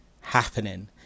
happening